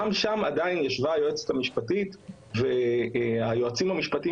גם שם עדיין ישבה היועצת המשפטית והיועצים המשפטיים